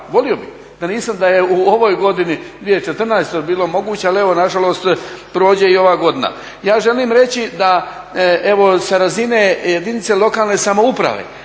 Volio bih da je u ovoj godini 2014. bilo moguće, ali evo nažalost prođe i ova godina. Ja želim reći da evo sa razine jedinice lokalne samouprave